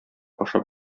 ашап